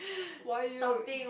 why you